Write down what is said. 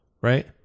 right